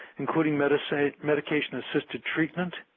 including medication-assisted treatment.